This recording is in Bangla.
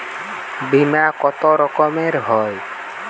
বিমা কত রকমের হয়?